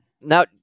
Now